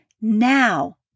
now